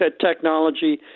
technology